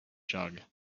jug